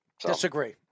Disagree